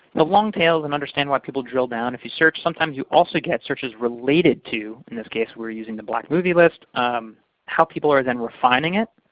the long tails, and understand why people drill down, if you search, sometimes you also get searches related to in this case we're using the black movie list how people are then refining it.